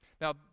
Now